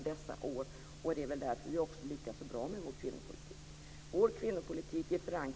Det är oerhört viktigt att jobba lite mer otraditionellt än tidigare.